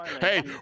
Hey